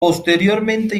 posteriormente